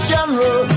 General